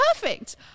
Perfect